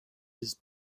his